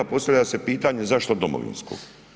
Postavlja se pitanje, zašto domovinskog.